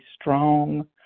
strong